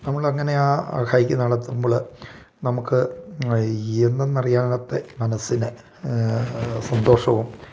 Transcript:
നമ്മൾ അങ്ങനെയാണ് ഹൈക്ക്ന്നാടത്തുമ്പോൾ നമുക്ക് എന്തെന്നറിയാത്ത മനസ്സിനെ സന്തോഷവും